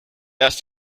erst